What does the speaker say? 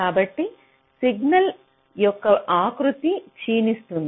కాబట్టి సిగ్నల్ యొక్క ఆకృతి క్షీణిస్తుంది